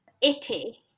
itty